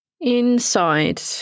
Inside